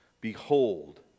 Behold